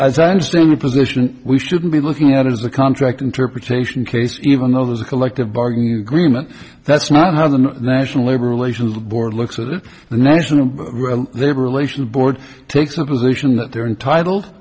as i understand the position we shouldn't be looking at is the contract interpretation case even though there's a collective bargaining agreement that's not how the national labor relations board looks at the national labor relations board takes the position that they're entitled